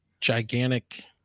gigantic